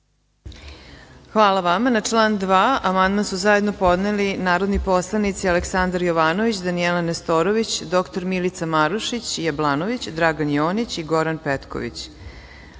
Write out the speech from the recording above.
Hvala vama. Na član 2. amandman su zajedno podneli narodni poslanici Aleksandar Jovanović, Danijela Nestorović, dr Milica Marušić Jablanović, Dragan Jonić i Goran Petković. Vlada